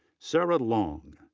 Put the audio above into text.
sarah long.